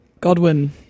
godwin